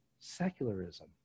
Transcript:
secularism